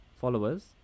followers